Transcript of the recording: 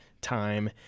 time